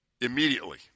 immediately